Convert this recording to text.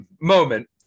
moment